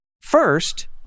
first